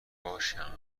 باشم